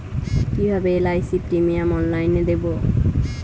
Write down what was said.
কিভাবে LIC premium অনলাইনে দেবো?